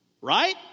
right